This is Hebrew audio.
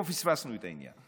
פספסנו את העניין?